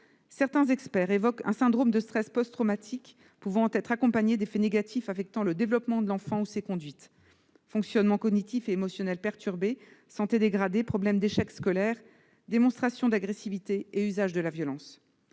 Certains experts évoquent un syndrome de stress post-traumatique pouvant être accompagné d'effets négatifs affectant le développement de l'enfant ou ses conduites : fonctionnement cognitif et émotionnel perturbé, santé dégradée, problèmes d'échec scolaire, démonstrations d'agressivité et usage de la violence.